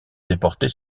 déportés